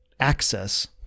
Access